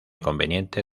conveniente